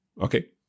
Okay